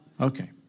Okay